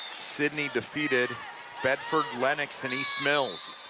sidney defeated bedford lenox and east mills.